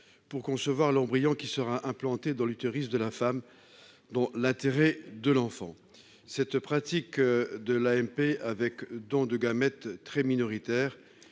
pour concevoir l'embryon qui sera implanté dans l'utérus de la femme, dans l'intérêt de l'enfant. Cette pratique de l'AMP avec don de gamètes, très minoritaire,